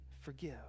forgive